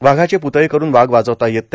वाघाच प्तळे करुन वाघ वाचवता येत नाही